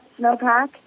snowpack